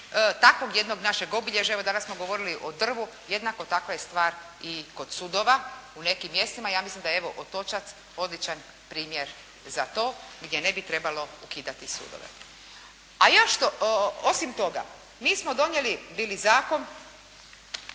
takvog jednog našeg obilježja, evo danas smo govorili o drvu, jednaka takva je stvar i kod sudovima u nekim mjestima. Ja mislim da je evo Otočac odličan primjer za to, gdje ne bi trebalo ukidati sudove. A još osim toga, mi smo donijeli bili zakon